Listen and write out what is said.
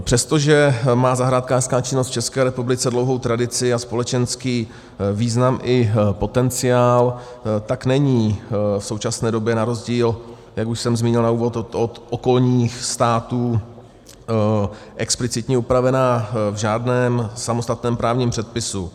Přestože má zahrádkářská činnost v České republice dlouhou tradici a společenský význam i potenciál, tak není v současné době na rozdíl, jak už jsem zmínil na úvod, od okolních států explicitně upravená v žádném samostatném právním předpisu.